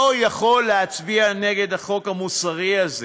לא יכול להצביע נגד החוק המוסרי הזה.